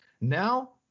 Now